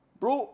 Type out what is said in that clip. bro